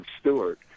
Stewart